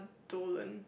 Dolan